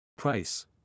Price